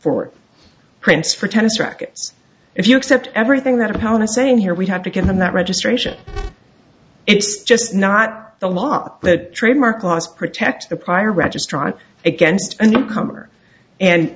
for prints for tennis rackets if you accept everything that amount to saying here we have to give them that registration it's just not the law that trademark loss protects the prior registrar against a newcomer and